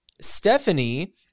Stephanie